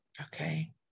Okay